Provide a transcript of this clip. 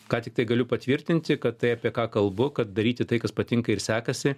ką tiktai galiu patvirtinti kad tai apie ką kalbu kad daryti tai kas patinka ir sekasi